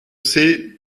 c’est